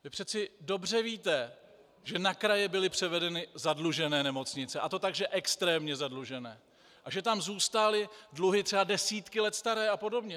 Vy přece dobře víte, že na kraje byly převedeny zadlužené nemocnice, a to tak, že extrémně zadlužené a že tam zůstaly dluhy třeba desítky let staré apod.